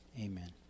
Amen